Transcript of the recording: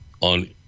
on